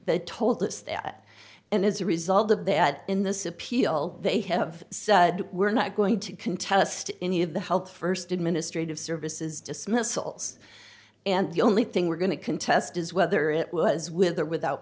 they told us that and as a result of that in this appeal they have said we're not going to contest any of the health st administrative services dismissals and the only thing we're going to contest is whether it was with or without